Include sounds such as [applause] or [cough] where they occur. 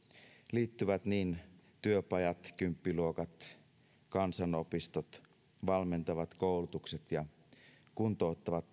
liittyvät niin työpajat kymppiluokat kansanopistot valmentavat koulutukset kuin kuntouttavat [unintelligible]